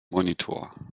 monitor